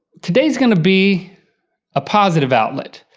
today's gonna be a positive outlet.